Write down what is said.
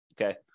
Okay